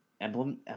emblem